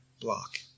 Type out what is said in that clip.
block